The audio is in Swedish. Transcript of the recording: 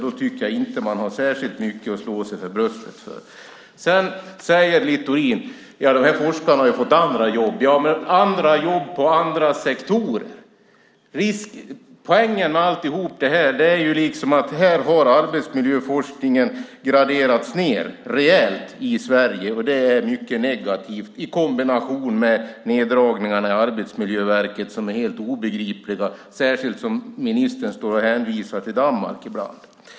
Då tycker jag inte att man har särskilt mycket att slå sig för bröstet för. Sedan säger Littorin att de här forskarna har fått andra jobb, men det är andra jobb i andra sektorer. Poängen med allt detta är ju att här har arbetsmiljöforskningen graderats ned rejält i Sverige, och det är mycket negativt i kombination med neddragningarna på Arbetsmiljöverket, som är helt obegripliga, särskilt som ministern hänvisar till Danmark ibland.